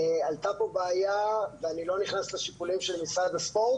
עלתה פה בעיה ואני לא נכנס לשיקולים של משרד הספורט.